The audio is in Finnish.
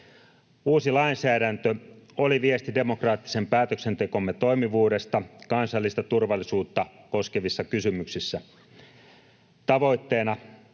Uusi lainsäädäntö oli viesti demokraattisen päätöksentekomme toimivuudesta kansallista turvallisuutta koskevissa kysymyksissä.